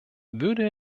würde